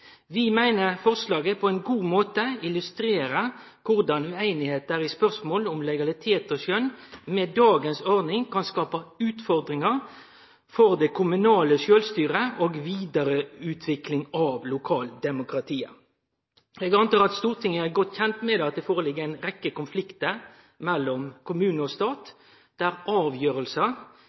Vi meiner forslaget på ein god måte illustrerer korleis usemje i spørsmål om legalitet og skjønn med ordninga vi har i dag, kan skape utfordringar for det kommunale sjølvstyret og vidareutvikling av lokaldemokratiet. Eg antek at Stortinget er godt kjent med at det ligg føre ei rekkje konfliktar mellom kommune og stat